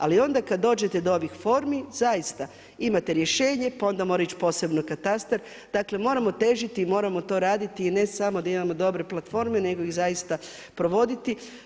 Ali onda kada dođete do ovih formi zaista imate rješenje pa onda mora ići posebno katastar, dakle moramo težiti i moramo to raditi i ne samo da imamo dobre platforme nego iz zaista provoditi.